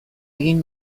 egin